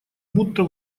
будто